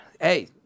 Hey